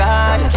God